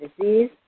disease